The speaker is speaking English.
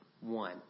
one